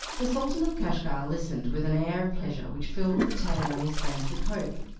the sultan of kashgar listened with an air of pleasure which filled the tailor and his friends with hope.